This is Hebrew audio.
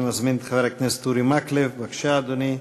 אני מזמין את חבר הכנסת אורי מקלב, בבקשה, אדוני.